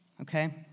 okay